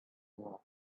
war